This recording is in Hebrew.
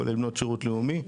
כולל בנות שירות לאומי,